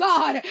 God